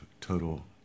total